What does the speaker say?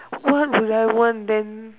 what would I want then